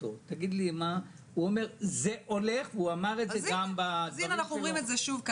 הוא אומר שזה הולך גם על מירון.